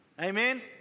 Amen